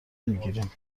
میگیریم